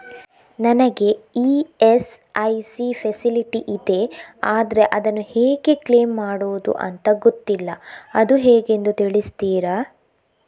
ನನಗೆ ESIC facility ಇದೆ ಆದ್ರೆ ಅದನ್ನು ಹೇಗೆ ಕ್ಲೇಮ್ ಮಾಡೋದು ಅಂತ ಗೊತ್ತಿಲ್ಲ ಅದು ಹೇಗೆಂದು ತಿಳಿಸ್ತೀರಾ?